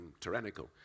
tyrannical